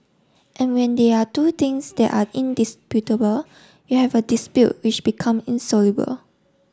and when there are two things they are indisputable you have a dispute which become insoluble